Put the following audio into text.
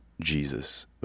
Jesus